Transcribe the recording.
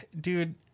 dude